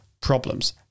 problems